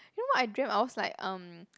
you know what I dreamt I was like um